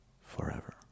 forever